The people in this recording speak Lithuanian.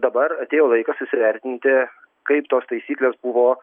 dabar atėjo laikas įsivertinti kaip tos taisyklės buvo